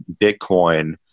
Bitcoin